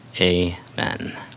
Amen